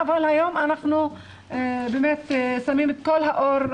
אבל היום אנחנו באמת שמים את כל ה אור,